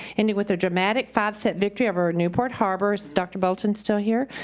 ending with a dramatic five set victory over newport harbor. is dr. boulton still here?